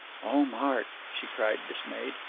oh, mark, she cried, dismayed,